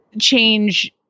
change